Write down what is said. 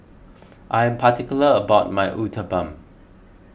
I am particular about my Uthapam